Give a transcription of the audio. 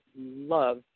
love